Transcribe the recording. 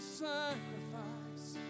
sacrifice